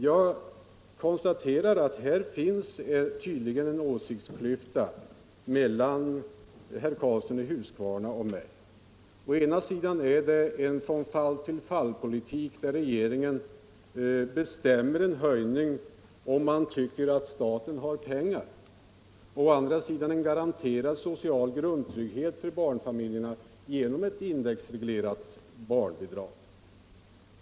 Här existerar tydligen en åsiktsklyfta mellan herr Karlsson och mig. Å ena sidan är det en från-fall-till-fall-politik, där regeringen bestämmer en höjning om den tycker att staten har pengar, och å andra sidan en god social grundtrygghet för barnfamiljerna genom ett indexreglerat barnbidrag.